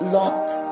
locked